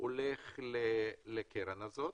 הולך לקרן הזאת.